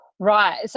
Right